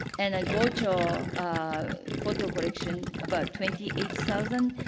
and a gottscho photo collection about twenty eight thousand.